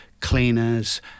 cleaners